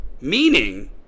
meaning